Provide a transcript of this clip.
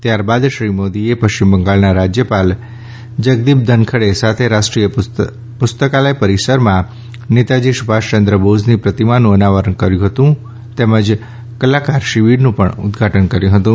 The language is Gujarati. ત્યારબાદ શ્રી મોદીએ પશ્ચિમ બંગાળના રાજ્યપાલ જગદીપ ધનખડે સાથે રાષ્ટ્રીય પુસ્તકાલય પરિસરમાં નેતાજી સુભાષચંદ્ર બોઝની પ્રતિમાનું અનાવરણ કર્યું હતું તેમજ કલાકાર શિબિરનું પણ ઉદઘાટન કર્યું હતું